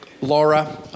Laura